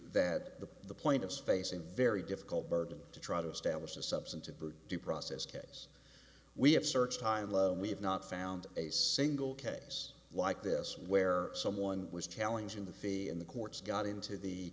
that the the point of spacing very difficult burden to try to establish a substantive root due process case we have searched high and low and we have not found a single case like this where someone was challenging the fee and the courts got into the